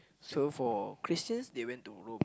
so for Christians they went to Rome